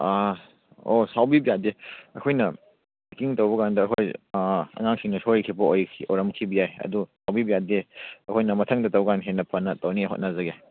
ꯑꯣ ꯁꯥꯎꯕꯤꯕ ꯌꯥꯗꯦ ꯑꯩꯈꯣꯏꯅ ꯄꯦꯛꯀꯤꯡ ꯇꯧꯕ ꯀꯥꯟꯗ ꯑꯩꯈꯣꯏ ꯑꯉꯥꯡꯁꯤꯡꯅ ꯁꯣꯏꯈꯤꯕ ꯑꯣꯏꯔꯝꯈꯤꯕ ꯌꯥꯏ ꯑꯗꯣ ꯁꯥꯎꯕꯤꯕ ꯌꯥꯗꯦ ꯑꯩꯈꯣꯏꯅ ꯃꯊꯪꯗ ꯇꯧꯕ ꯀꯥꯟ ꯍꯦꯟꯅ ꯐꯖꯅ ꯇꯧꯅꯤꯡꯉꯥꯏ ꯍꯣꯠꯅꯖꯒꯦ